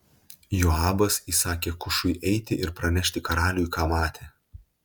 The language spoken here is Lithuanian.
joabas įsakė kušui eiti ir pranešti karaliui ką matė